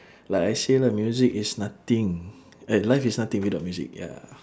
like I say lah music is nothing eh life is nothing without music ya